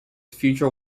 future